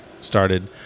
started